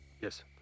Yes